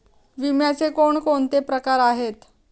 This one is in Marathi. विम्याचे कोणकोणते प्रकार आहेत?